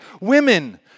women